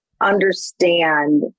understand